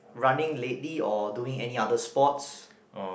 running lately or doing any other sports